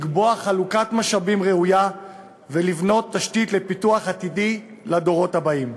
לקבוע חלוקת משאבים ראויה ולבנות תשתית לפיתוח עתידי לדורות הבאים.